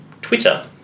Twitter